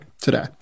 today